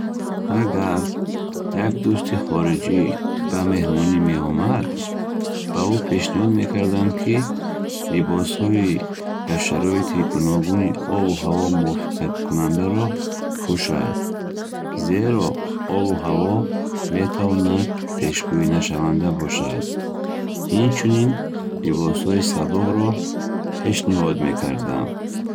Агар як дӯсти хориҷӣ ба меҳмонӣ меомад, ба ӯ пешниҳод мекардам, ки либосҳои ба шароити гуногуни обу ҳаво мувофиқат кунандаро пушад, зеро обу ҳаво метавонад пешгӯинашаванда бошад. Инчунин либосҳои сабукро пешниҳод мекардам.